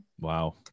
Wow